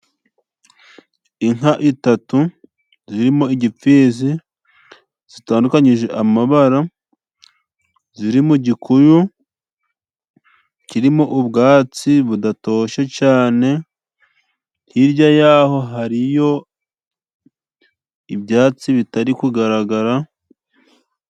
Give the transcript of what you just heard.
Inka eshatu, zirimo igipfizi, zitandukanyije amabara, ziri mu gikuyu, kirimo ubwatsi budatoshye cyane, hirya y’aho, hariho ibyatsi bitari kugaragara.